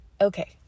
okay